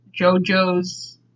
JoJo's